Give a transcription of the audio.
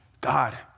God